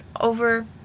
over